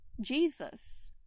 Jesus